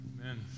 Amen